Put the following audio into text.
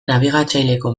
nabigatzaileko